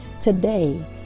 Today